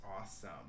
awesome